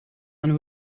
and